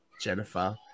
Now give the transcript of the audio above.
Jennifer